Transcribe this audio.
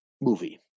movie